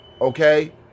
Okay